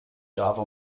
java